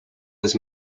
was